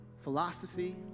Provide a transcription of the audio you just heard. philosophy